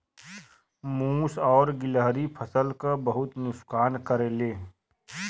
मुस और गिलहरी फसल क बहुत नुकसान करेले